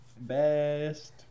Best